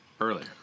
Earlier